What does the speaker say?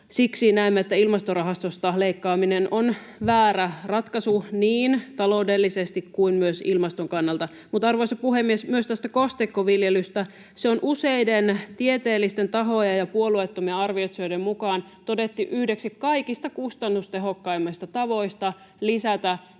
Siksi näemme, että Ilmastorahastosta leikkaaminen on väärä ratkaisu niin taloudellisesti kuin myös ilmaston kannalta. Mutta, arvoisa puhemies, myös tästä kosteikkoviljelystä. Se on useiden tieteellisten tahojen ja puolueettomien arvioitsijoiden mukaan todettu yhdeksi kaikista kustannustehokkaimmista tavoista lisätä